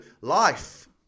life